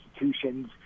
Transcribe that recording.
institutions